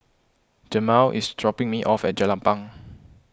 Jamel is dropping me off at Jelapang